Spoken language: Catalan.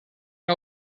una